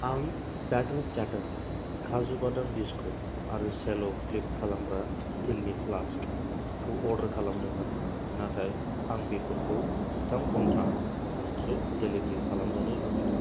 आं बेटार चेटार काजु बादाम बिस्कुट आरो सेल' फ्लिप खालामग्रा स्टिलनि फ्लास्कखौ अर्डार खालामदोंमोन नाथाय आं बेफोरखौ जिथाम घन्टानि उनावसो डिलिभारि खालामजानो लुबैदों